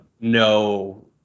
no